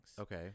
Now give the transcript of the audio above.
Okay